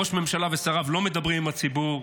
ראש הממשלה ושריו לא מדברים עם הציבור,